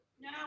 No